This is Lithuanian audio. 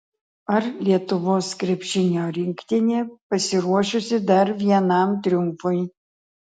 ar lietuvos krepšinio rinktinė pasiruošusi dar vienam triumfui